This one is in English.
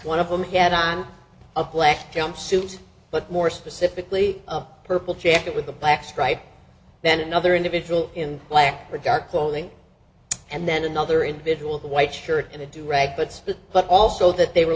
one of them had on a black jumpsuit but more specifically a purple jacket with a black stripe then another individual in black or dark clothing and then another individual a white shirt and a do rag but but also that they were